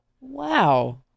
wow